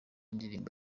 ndirimbo